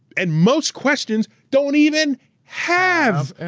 and most questions don't even have and